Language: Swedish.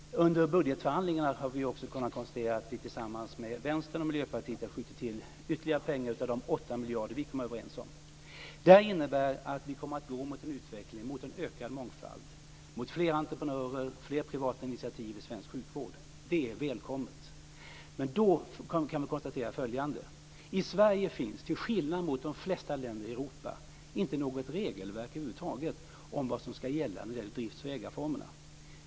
Under budgetförhandlingarna har vi kunnat konstatera att vi tillsammans med Vänstern och Miljöpartiet har skjutit till ytterligare pengar utöver de 8 miljarder vi kom överens om. Detta innebär att vi kommer att gå mot en ökad mångfald, mot fler entreprenörer, fler privata initiativ i svensk sjukvård. Det är välkommet. Vi kan konstatera följande: I Sverige finns, till skillnad från de flesta länder i Europa, inte något regelverk om vad som ska gälla för drifts och ägarformerna.